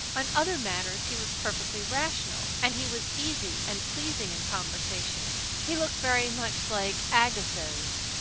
on other matters he was perfectly rational and he was easy and pleasing in conversation. he looked very much like agassiz,